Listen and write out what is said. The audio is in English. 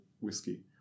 whiskey